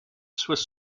swiss